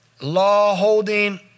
law-holding